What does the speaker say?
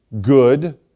good